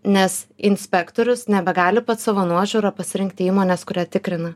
nes inspektorius nebegali pats savo nuožiūra pasirinkti įmonės kuria tikrina